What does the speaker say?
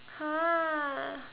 !huh!